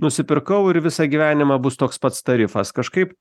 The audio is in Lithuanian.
nusipirkau ir visą gyvenimą bus toks pats tarifas kažkaip